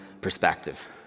perspective